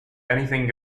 anything